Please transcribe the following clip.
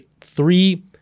three